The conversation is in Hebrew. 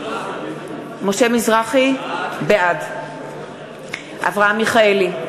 בעד אברהם מיכאלי,